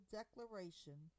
Declaration